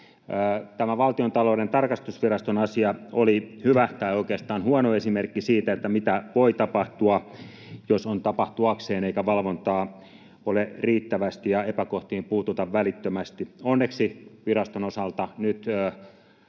Tämä Valtiontalouden tarkastusviraston asia oli hyvä — tai oikeastaan huono — esimerkki siitä, mitä voi tapahtua, jos on tapahtuakseen eikä valvontaa ole riittävästi eikä epäkohtiin puututa välittömästi. Onneksi viraston osalta marssi